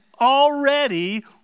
already